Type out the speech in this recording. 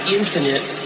infinite